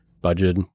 budget